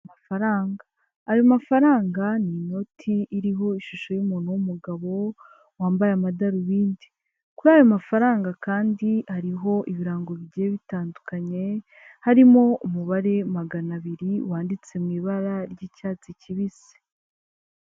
Amafaranga, ayo mafaranga ni inoti iriho ishusho y'umuntu w'umugabo, wambaye amadarubindi, kuri ayo mafaranga kandi hariho ibirango bigiye bitandukanye harimo umubare magana abiri wanditse mu ibara ry'icyatsi kibisi.